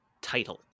title